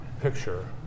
picture